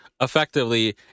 Effectively